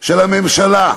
של הממשלה.